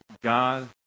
God